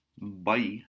bye